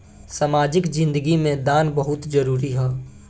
सामाजिक जिंदगी में दान बहुत जरूरी ह